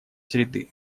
среды